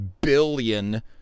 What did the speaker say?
billion